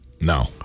No